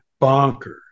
bonkers